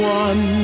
one